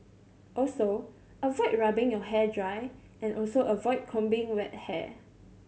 also avoid rubbing your hair dry and also avoid combing wet hair